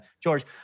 George